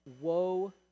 woe